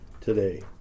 today